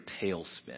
tailspin